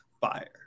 fire